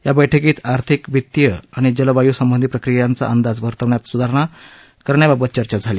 या बैठकीत आर्थिक वित्तीय आणि जलवायू संबंधी प्रक्रियांचा अंदाज वर्तवण्यात सुधारणा याबाबत चर्चा झाली